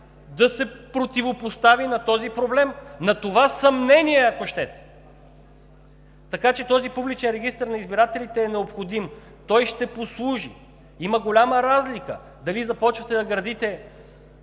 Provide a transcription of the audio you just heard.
да се противопостави на този проблем, на това съмнение, ако щете. Така че този публичен регистър на избирателите е необходим. Има голяма разлика дали започвате да градите